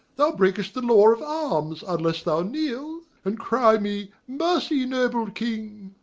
thou break'st the law of arms, unless thou kneel, and cry me mercy, noble king!